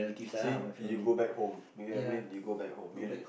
see you go back home you get what I mean you go back home you